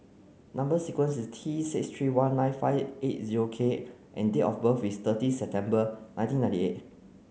number sequence is T six three one nine five eight zero K and date of birth is thirty September nineteen ninety eight